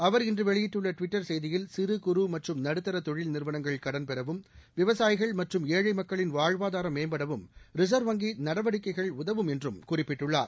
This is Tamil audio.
அவர் இன்று வெளியிட்டுள்ள டுவிட்டர் செய்தியில் சிறு குறு மற்றும் நடுத்தர தொழில் நிறுவனங்கள் கடன் பெறவும் விவசாயிகள் மற்றும் ஏழை மக்களின் வாழ்வாதாரம் மேம்படவும் ரிச்வ் வங்கி நடவடிக்கைகள் உதவும் என்றும் குறிப்பிட்டுள்ளார்